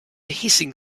hissing